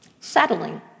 settling